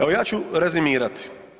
Evo ja ću rezimirati.